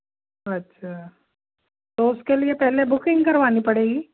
अच्छा तो उसके लिए पहले बुकिंग करवानी पड़ेगी